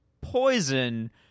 poison-